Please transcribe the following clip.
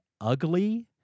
ugly